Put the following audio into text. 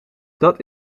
dat